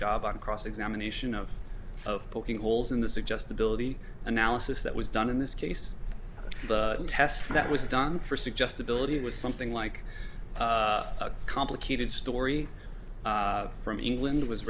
job on cross examination of of poking holes in the suggestibility analysis that was done in this case the test that was done for suggestibility was something like a complicated story from england was